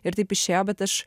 ir taip išėjo bet aš